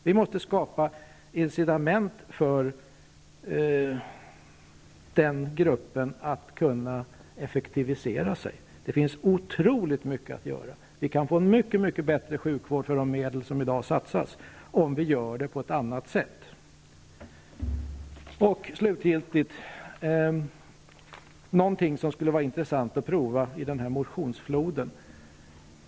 Vi måste skapa incitament för den gruppen att effektivisera sig. Det finns otroligt mycket att göra. Vi kan få en mycket bättre sjukvård för de medel som vi i dag satsar, om vi gör det på ett annat sätt. Slutligen någonting som skulle vara intressant att prova i motionsfloden.